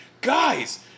guys